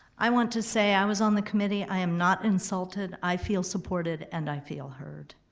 i want to say i was on the committee, i am not insulted, i feel supported and i feel heard.